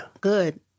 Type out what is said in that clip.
Good